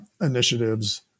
initiatives